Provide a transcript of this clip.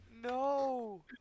No